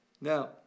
Now